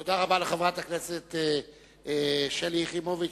תודה רבה לחברת הכנסת שלי יחימוביץ.